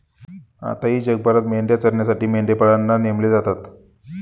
आताही जगभरात मेंढ्या चरण्यासाठी मेंढपाळांना नेमले जातात